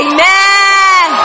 Amen